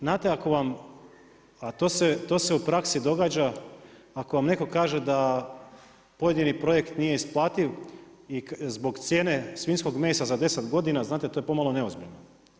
Znate, ako vam, a to se u praksi događa, ako vam netko kaže da pojedini projekt nije isplativ zbog cijene svinjskog mesa za 10 godina, znate to je pomalo neozbiljno.